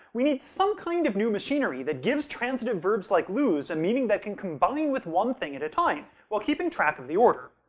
we need some kind of new machinery that gives transitive verbs like lose a meaning that can combine with one thing at a time, while keeping track of the order.